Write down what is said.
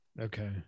Okay